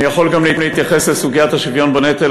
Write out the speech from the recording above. אני יכול גם להתייחס לסוגיית השוויון בנטל,